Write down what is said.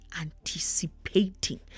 Anticipating